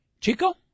Chico